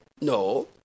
no